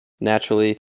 naturally